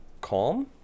calm